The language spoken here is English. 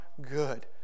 good